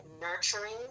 nurturing